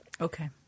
Okay